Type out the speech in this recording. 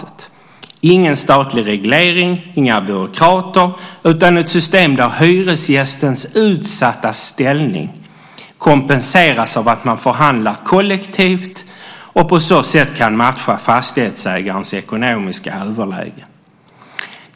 Det är ingen statlig reglering och inga byråkrater utan ett system där hyresgästens utsatta ställning kompenseras av att man förhandlar kollektivt och på så sätt kan matcha fastighetsägarens ekonomiska överläge.